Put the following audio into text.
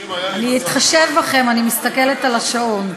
אני אתחשב בכם, אני מסתכלת על השעון.